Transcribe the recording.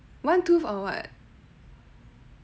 one tooth or what